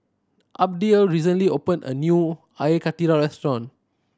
Abdiel recently opened a new Air Karthira restaurant